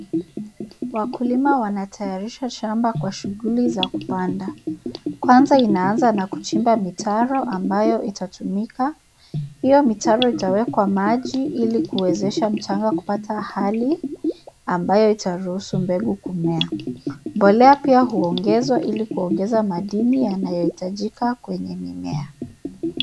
Wakulima wanatayarisha shamba kwa shughuli za kupanda, kwanza inaanza na kuchimba mitaro ambayo itatumika. Hiyo mitaro itawekwa maji ili kuwezesha mchanga kupata hali ambayo itaruhusu mbegu kumea. Mbolea pia huongezwa ili kuongeza madini yanayohitajika kwenye mimea